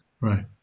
Right